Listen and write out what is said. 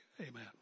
Amen